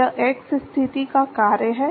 यह x स्थिति का कार्य है